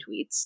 tweets